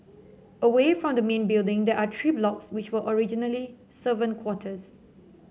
away from the main building there are three blocks which were originally servant quarters